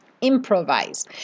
improvise